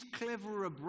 cleverer